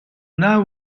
now